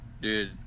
Dude